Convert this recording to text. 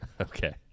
okay